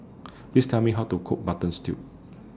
Please Tell Me How to Cook Mutton Stew